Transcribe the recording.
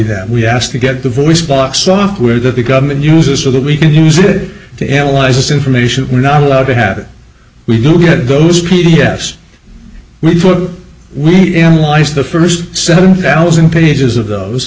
that we ask to get the voice box software that the government uses so that we can use it to analyze this information we're not allowed to have it we do get those p c s we put we analyzed the first seven thousand pages of those